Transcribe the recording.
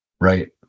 right